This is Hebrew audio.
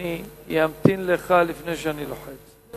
אני אמתין לך, לפני שאני לוחץ.